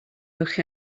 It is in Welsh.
uwch